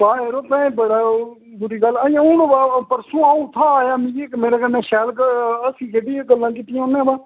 तां जरो बड़ा ओह् बुरी गल्ल अजें हून अवा परसूं अ'ऊं उत्थूं आया मिगी मेरे कन्ने शैल हस्सी खेढियै गल्लां कीतियां उ'नें वा